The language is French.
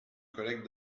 collègue